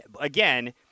again